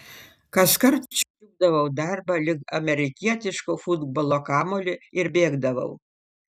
kaskart čiupdavau darbą lyg amerikietiško futbolo kamuolį ir bėgdavau